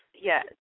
Yes